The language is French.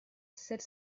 sept